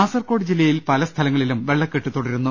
കാസർകോട് ജില്ലയിൽ പല സ്ഥലങ്ങളിലും വെള്ളക്കെട്ട് തുടരുന്നു